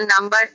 number